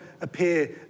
appear